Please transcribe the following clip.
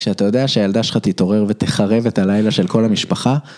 כשאתה יודע שהילדה שלך תתעורר ותחרב את הלילה של כל המשפחה